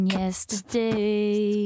yesterday